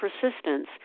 persistence